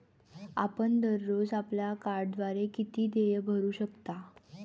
आपण दररोज आपल्या कार्डद्वारे किती देय भरू शकता?